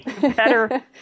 better